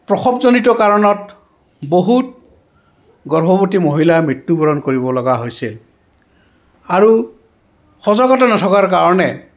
প্ৰসৱজনিত কাৰণত বহুত গৰ্ভৱতী মহিলাৰ মৃত্যুবৰণ কৰিব লগা হৈছিল আৰু সজাগতা নথকাৰ কাৰণে